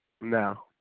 No